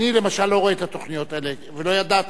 אני למשל לא רואה את התוכניות האלה ולא ידעתי.